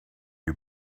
you